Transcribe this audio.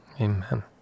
Amen